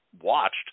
watched